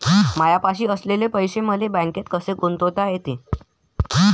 मायापाशी असलेले पैसे मले बँकेत कसे गुंतोता येते?